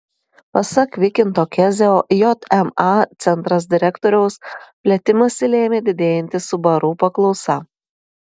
pasak vykinto kezio jma centras direktoriaus plėtimąsi lėmė didėjanti subaru paklausa